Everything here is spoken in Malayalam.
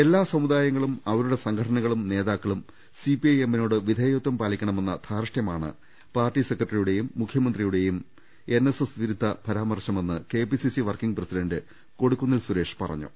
എല്ലാ സമുദായങ്ങളും അവരുടെ സംഘടനകളും നേതാക്കളും സിപിഐഎമ്മിനോട് വിധേയത്വം പാലിക്കണമെന്ന ധാർഷ്ഠ്യമാണ് പാർട്ടി സെക്രട്ടറിയുടേയും മുഖ്യമന്ത്രിയുടേയും എൻഎസ്എസ് വിരുദ്ധ പരാമർശമെന്ന് KPCC working president Kodikunnil Suresh പറഞ്ഞു